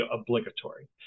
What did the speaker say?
obligatory